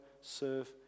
serve